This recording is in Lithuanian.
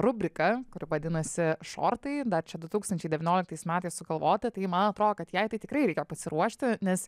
rubrika kuri vadinasi šortai dar čia du tūkstančiai devynioliktais metais sugalvota tai man atrodo kad jai tai tikrai reikia pasiruošti nes